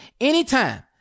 anytime